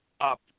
up